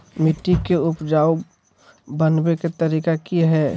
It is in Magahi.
मिट्टी के उपजाऊ बनबे के तरिका की हेय?